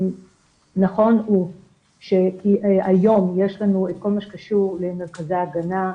נכון הוא שהיום יש לנו כל מה שקשור למרכזי הגנה.